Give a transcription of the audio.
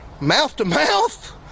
mouth-to-mouth